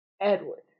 Edward